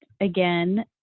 again